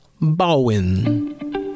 Bowen